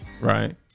right